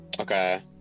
okay